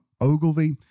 Ogilvy